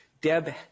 Deb